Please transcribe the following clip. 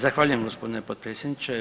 Zahvaljujem gospodine potpredsjedniče.